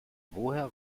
woher